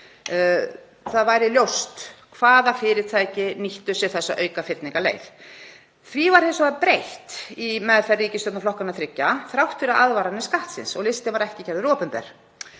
það væri ljóst hvaða fyrirtæki nýttu sér þessa aukafyrningarleið. Því var hins vegar breytt í meðferð ríkisstjórnarflokkanna þriggja þrátt fyrir aðvaranir Skattsins og listinn var ekki gerður opinber.